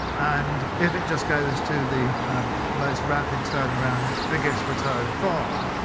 and if it just goes to the most rapid turnaround, biggest return farmer,